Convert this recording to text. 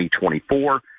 2024